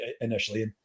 initially